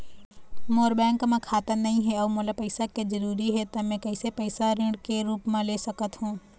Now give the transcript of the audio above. मोर bank म खाता नई हे अउ मोला पैसा के जरूरी हे त मे कैसे पैसा ऋण के रूप म ले सकत हो?